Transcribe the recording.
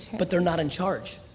but they're not in charge.